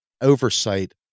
oversight